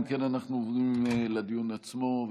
אם כן, אנחנו עוברים לדיון עצמו.